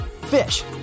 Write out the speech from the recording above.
fish